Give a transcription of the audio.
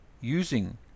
using